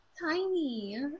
Tiny